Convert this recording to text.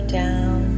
down